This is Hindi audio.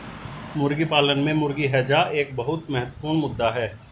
मुर्गी पालन में मुर्गी हैजा एक बहुत महत्वपूर्ण मुद्दा है